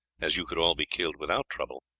as you could all be killed without trouble,